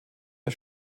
der